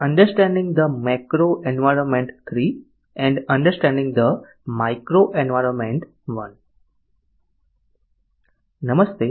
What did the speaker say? નમસ્તે